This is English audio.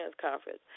conference